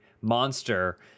monster